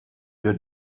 your